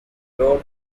crow